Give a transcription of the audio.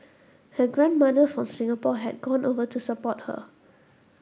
her grandmother from Singapore had gone over to support her